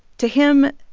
to him,